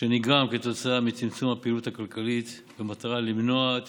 שנגרם מצמצום הפעילות הכלכלית במטרה למנוע את